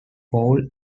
fowl